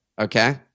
okay